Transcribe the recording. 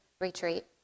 retreat